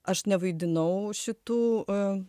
aš nevaidinau šitų